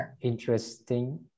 interesting